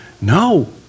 No